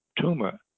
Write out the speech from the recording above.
tumor